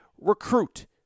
recruit